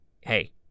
hey